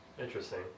Interesting